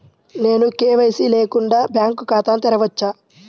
నేను కే.వై.సి లేకుండా బ్యాంక్ ఖాతాను తెరవవచ్చా?